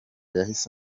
yahise